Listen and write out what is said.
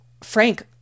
Frank